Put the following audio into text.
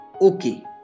okay